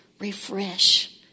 refresh